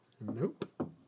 Nope